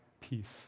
peace